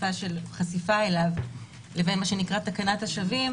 והחשיפה אליו לבין מה שנקרא תקנת השבים,